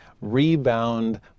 rebound